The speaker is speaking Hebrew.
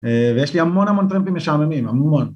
ויש לי המון המון טרמפים משעממים, המון